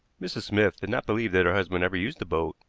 mrs. smith did not believe that her husband ever used the boat,